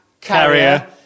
carrier